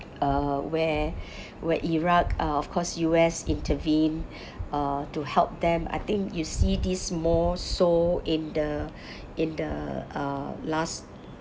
uh where where iraq uh of course U_S intervene uh to help them I think you see these more so in the in the uh last